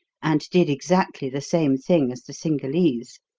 and did exactly the same thing as the cingalese.